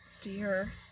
dear